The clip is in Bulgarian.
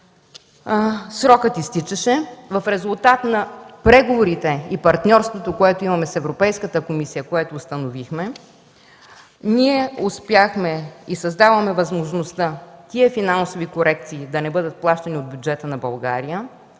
Срокът изтичаше. В резултат на преговорите и партньорството, което установихме и имаме с Европейската комисия, ние успяхме и създадохме възможността тези финансови корекции да не бъдат плащани от бюджета на България.